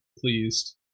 pleased